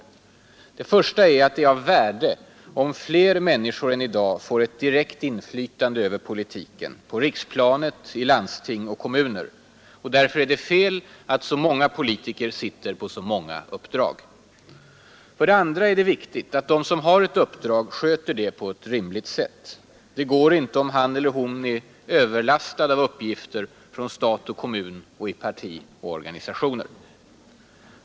För det första är det av värde om fler människor än i dag får direkt inflytande över politiken på riksplanet, i landsting och i kommuner. Därför är det fel att så många politiker sitter på så många uppdrag. För det andra är det viktigt att de som har ett uppdrag sköter det på ett rimligt sätt. Det går inte om han eller hon är överlastad av uppgifter från stat och kommun och i parti och organisationer.